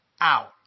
out